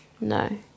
No